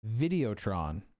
Videotron